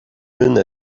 une